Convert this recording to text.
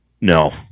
No